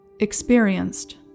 experienced